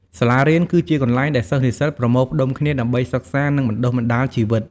សាលារៀន គឺជាកន្លែងដែលសិស្សនិស្សិតប្រមូលផ្ដុំគ្នា ដើម្បីសិក្សានិងបណ្តុះបណ្តាលជីវិត។